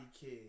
kid